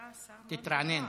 תתרענן.